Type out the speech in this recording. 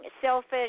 selfish